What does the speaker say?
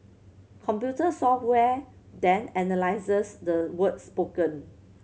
computer software then analyses the words spoken